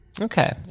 Okay